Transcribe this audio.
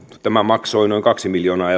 tämä vahinko maksoi noin kaksi miljoonaa